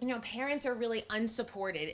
you know parents are really unsupported